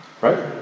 Right